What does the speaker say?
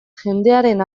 jendearen